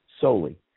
solely